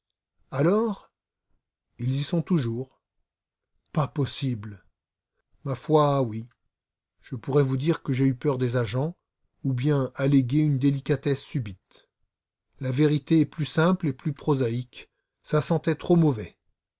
alors ils y sont toujours pas possible ma foi oui je pourrais vous dire que j'ai eu peur des agents ou bien alléguer une délicatesse subite la vérité est plus simple et plus prosaïque ça sentait trop mauvais